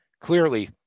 clearly